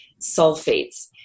sulfates